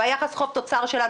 והיחס חוב תוצר שלה,